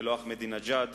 ולא אחמדינג'אד.